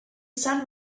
sun